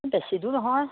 বেছি দূৰ নহয়